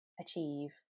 achieve